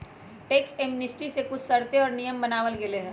tax amnesty के कुछ शर्तें और नियम बनावल गयले है